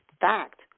fact